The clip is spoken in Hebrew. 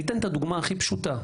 אני אתן את הדוגמה הכי פשוטה.